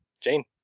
Jane